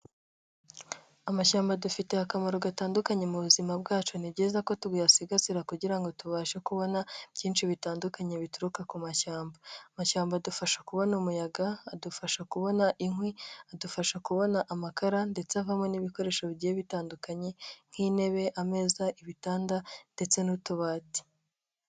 Amashyamba adufitiye akamaro gatandukanye m'ubuzima, byacu ni byiza ko tuyasigasira kugira ngo tubashe kubona, byinshi bitandukanye bituruka ku mashyamba ,amashyamba adufasha kubona umuyaga, adufasha kubona inkwi ,adufasha kubona amakara, ndetse n'ibindi bikoresho bigiye bitandukanye nk'intebe, ameza ,ibitanda , ndetse n'utubati.